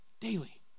Daily